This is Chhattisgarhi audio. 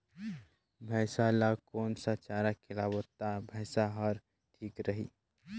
भैसा ला कोन सा चारा खिलाबो ता भैंसा हर ठीक रही?